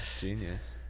genius